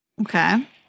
Okay